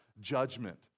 judgment